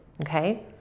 Okay